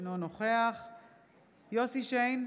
אינו נוכח יוסף שיין,